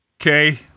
Okay